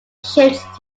shipped